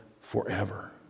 forever